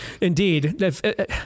indeed